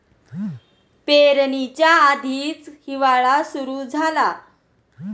पेरणीच्या आधीच हिवाळा सुरू झाला